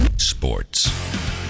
Sports